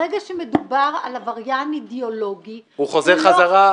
ברגע שמדובר על עבריין אידיאולוגי -- הוא חוזר חזרה.